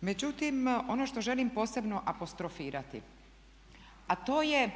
Međutim, ono što želim posebno apostrofirati a to je